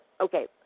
okay